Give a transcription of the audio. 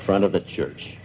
front of the church